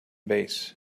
base